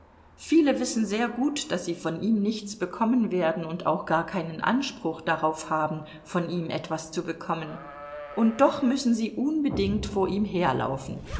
viele wissen sehr gut daß sie von ihm nichts bekommen werden und auch gar keinen anspruch darauf haben von ihm etwas zu bekommen und doch müssen sie unbedingt vor ihm herlaufen